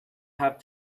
have